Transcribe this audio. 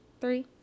Three